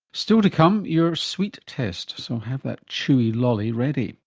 still to come, your sweet test, so have that chewy lolly ready